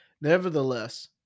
nevertheless